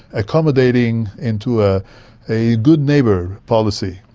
accommodating into ah a good neighbour policy,